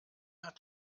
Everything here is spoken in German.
hat